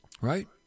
right